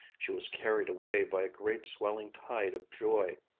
she was carried away by a great swelling tide of joy.